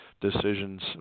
decisions